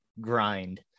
grind